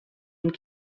and